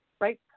right